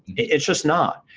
it's just not.